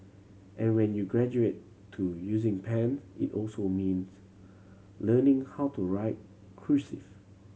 and when you graduate to using pen it also means learning how to write cursive